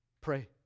Pray